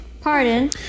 Pardon